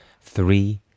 Three